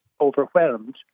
overwhelmed